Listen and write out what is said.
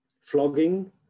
flogging